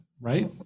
Right